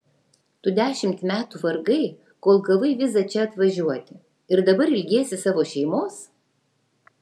tu dešimt metų vargai kol gavai vizą čia atvažiuoti ir dabar ilgiesi savo šeimos